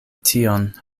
tion